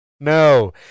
No